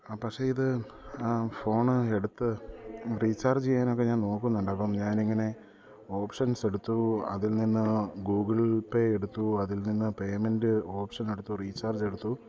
പക്ഷേ ഇത് ഫോണ് എടുത്ത് റീചാർജ് ചെയ്യാനൊക്കെ ഞാൻ നോക്കുന്നുണ്ട് അപ്പം ഞാനിങ്ങനെ ഓപ്ഷൻസ് എടുത്തു അതിൽ നിന്ന് ഗൂഗിൾ പേ എടുത്തു അതിൽ നിന്ന് പേയ്മെൻ്റ് ഓപ്ഷൻ എടുത്തു റീചാർജ് എടുത്തു